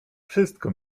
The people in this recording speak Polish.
wszystko